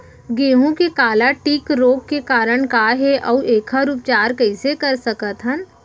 गेहूँ के काला टिक रोग के कारण का हे अऊ एखर उपचार कइसे कर सकत हन?